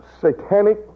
satanic